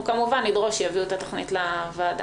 אנחנו כמובן נדרוש שיביאו את התוכנית לוועדה.